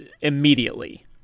immediately